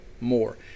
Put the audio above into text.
More